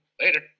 later